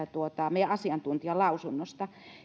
meidän asiantuntijan lausunnosta